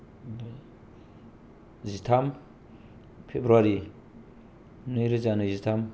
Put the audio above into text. जिथाम फेब्रुवारि नै रोजा नैजिथाम